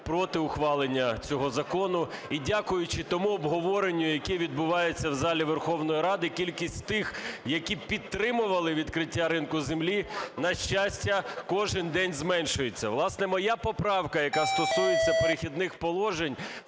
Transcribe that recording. проти ухвалення цього закону. І дякуючи тому обговоренню, яке відбувається в залі Верховної Ради, кількість тих, які підтримували відкриття ринку землі, на щастя, кожен день зменшується. Власне, моя поправка, яка стосується "Перехідних положень",